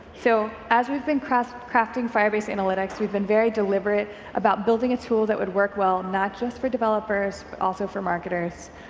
so as we've been crafting crafting firebase analytics, we've been very deliberate about building a tool that would work well not just for developers but also for marketers,